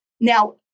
Now